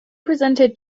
presented